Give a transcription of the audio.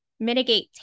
Mitigate